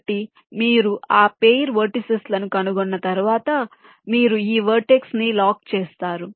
కాబట్టి మీరు ఆ పెయిర్ వెర్టిసిస్ ను కనుగొన్న తర్వాత మీరు ఈ వెర్టెక్స్ ని లాక్ చేస్తారు